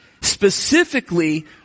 Specifically